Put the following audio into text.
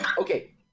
Okay